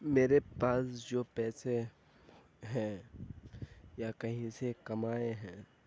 میرے پاس جو پیسے ہیں یا کہیں سے کمائے ہیں